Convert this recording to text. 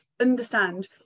understand